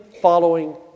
following